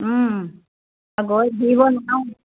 গৈ ফুৰিব নোৱাৰোঁ